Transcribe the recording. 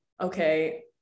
okay